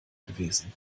gewesen